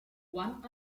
one